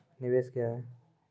निवेश क्या है?